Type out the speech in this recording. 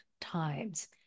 times